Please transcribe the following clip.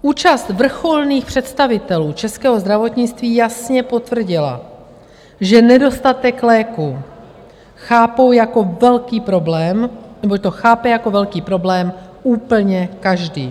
Účast vrcholných představitelů českého zdravotnictví jasně potvrdila, že nedostatek léků chápou jako velký problém, neboť to chápe jako velký problém úplně každý.